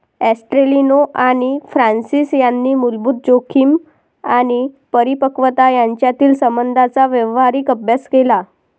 ॲस्टेलिनो आणि फ्रान्सिस यांनी मूलभूत जोखीम आणि परिपक्वता यांच्यातील संबंधांचा व्यावहारिक अभ्यास केला